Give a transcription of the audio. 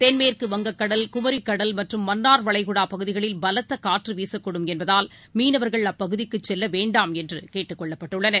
தென்மேற்கு வங்கக் கடல் குமரிக்கடல் மற்றும் மன்னார் வளைகுடாபகுதிகளில் பலத்தகாற்றுவீசக்கூடும் என்பதால் மீனவர்கள் அப்பகுதிக்குசெல்லவேண்டாம் என்றுகேட்டுக் கொள்ளப்பட்டுள்ளனர்